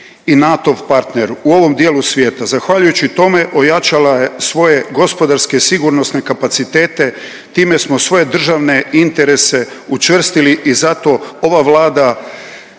i NATO-v partner u ovom dijelu svijeta. Zahvaljujući tome ojačala je svoje gospodarske sigurnosne kapacitete, time smo svoje državne interese učvrstili i zato ova Vlada